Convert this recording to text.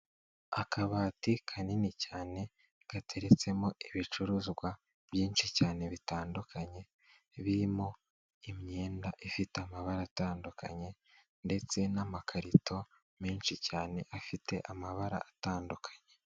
Akabati kanini cyane gateretsemo ibicuruzwa byinshi cyane bitandukanye, birimo imyenda ifite amabara atandukanye ndetse n'amakarito menshi cyane afite amabara atandukanye.